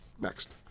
Next